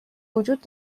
وجود